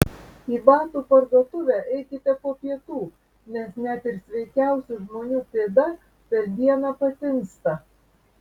į batų parduotuvę eikite po pietų nes net ir sveikiausių žmonių pėda per dieną patinsta